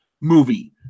movie